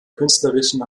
künstlerischen